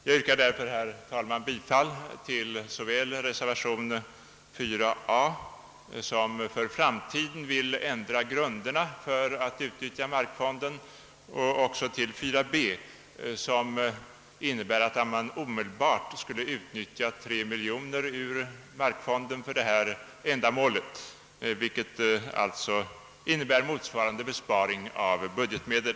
Jag yrkar därför, herr talman, bifall såväl till reservation 4 a, som för framtiden vill ändra grunderna för ett utnyttjande av markfonden, och också till 4 b, innebärande ett omedelbart utnyttjande av 3 miljoner kronor ur markfonden för detta ändamål och därmed motsvarande besparing av budgetmedel.